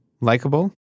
likable